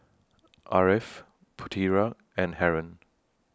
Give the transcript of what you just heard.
Ariff Putera and Haron